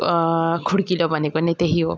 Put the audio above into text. खुडकिलो भनेको नै त्यही हो